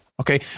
Okay